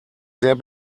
sehr